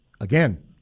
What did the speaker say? Again